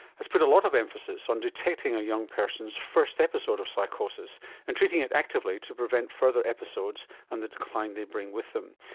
has put a lot of emphasis on detecting a young person's first episode of psychosis and treating it actively to prevent further episodes and the decline they bring with them.